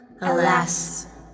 Alas